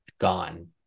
gone